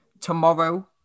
tomorrow